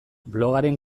blogaren